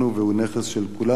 והוא נכס של כולנו.